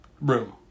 room